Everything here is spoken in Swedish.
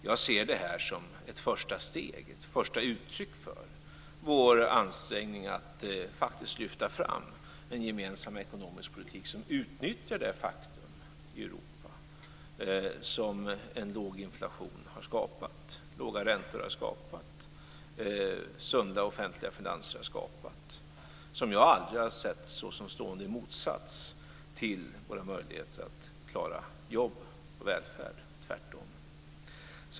Jag ser detta som ett första uttryck för våra ansträngningar att faktiskt lyfta fram en gemensam ekonomisk politik som utnyttjar de förutsättningar i Europa som låg inflation, låga räntor och sunda offentliga finanser har skapat, som jag aldrig har sett såsom stående i motsats till våra möjligheter att klara jobb och välfärd, tvärtom.